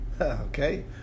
okay